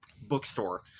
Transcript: bookstore